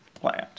plant